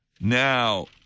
Now